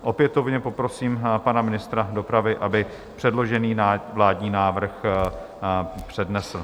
Opětovně poprosím pana ministra dopravy, aby předložený vládní návrh přednesl.